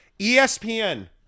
ESPN